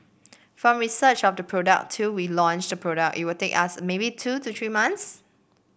from research of the product till we launch the product it will take us maybe two to three months